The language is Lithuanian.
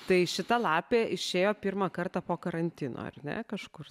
tai šita lapė išėjo pirmą kartą po karantino ar ne kažkur